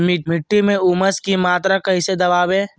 मिट्टी में ऊमस की मात्रा कैसे बदाबे?